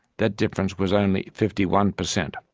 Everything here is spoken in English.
that difference was only fifty one percent.